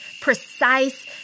precise